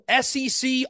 SEC